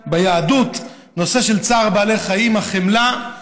הנושא ביהדות של צער בעלי חיים, החמלה.